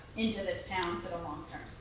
into this town for the long-term.